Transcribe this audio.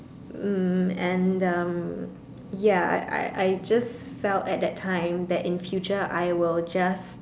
mm and um ya I I just felt at that time that in future I will just